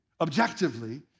objectively